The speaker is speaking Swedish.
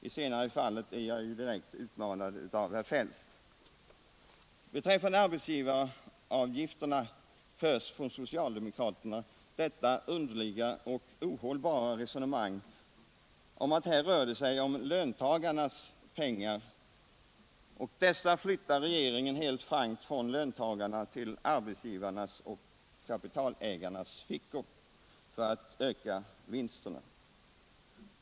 I senare fallet är jag direkt utmanad av herr Feldt. Beträffande arbetsgivaravgifterna förs av socialdemokraterna detta underliga och ohållbara resonemang om att det rör sig om löntagarnas pengar och att dessa helt frankt flyttas från löntagarna till arbetsgivarnas och kapitalägarnas fickor för att öka vinsterna.